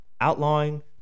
outlawing